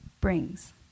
brings